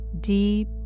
Deep